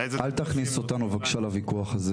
אל תכניס אותנו לוויכוח הזה.